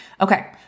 Okay